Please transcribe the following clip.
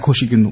ആഘോഷിക്കുന്നു